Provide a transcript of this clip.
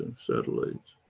satellites,